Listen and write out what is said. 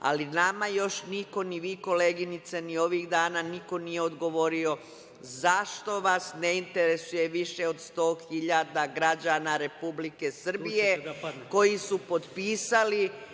Ali nama još niko, ni vi koleginice, ni ovih dana niko nije odgovorio zašto vas ne interesuje više od 100.000 građana Republike Srbije koji su potpisali